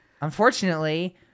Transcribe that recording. Unfortunately